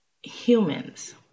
humans